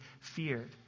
feared